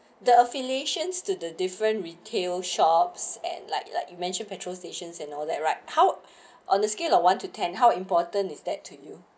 the affiliations to the different retail shops and like like you mentioned petrol stations and all that right how on the scale of one to ten how important is that to you